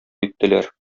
иттеләр